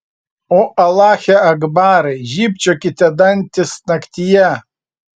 o alache akbarai žybčiokite dantys naktyje